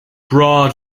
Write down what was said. broad